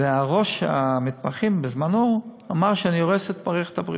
וראש המתמחים בזמנו אמר שאני הורס את מערכת הבריאות.